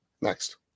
Next